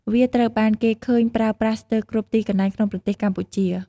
វាត្រូវបានគេឃើញប្រើប្រាស់ស្ទើរគ្រប់ទីកន្លែងក្នុងប្រទេសកម្ពុជា។